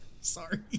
Sorry